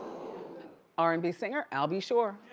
r and b singer al b sure.